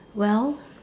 well